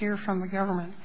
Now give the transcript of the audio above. hear from the government